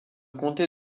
comté